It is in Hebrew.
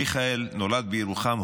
מיכאל נולד בירוחם,